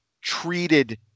treated